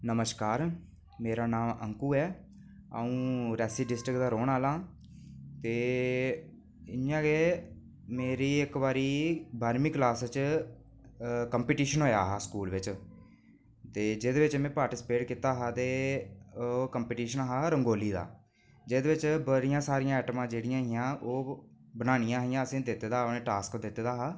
नमस्कार मेरा नांऽ आंकू ऐ अऊं रियासी डिस्टिक दा रौह्ने आह्ला ऐं इयां गै इक बारी बाह्रमीं च इक कंपिटिशन होया हा स्कूल च ते जेह्दे च में कंपिटिशन कीता दा ते ओह् हा रंगोली दा जेह्दे च बड़ियां सारियां ऐटमां हियां ओह् बनानियां हां असेंगी दित्ते दा हा टास्क दित्ते दा हा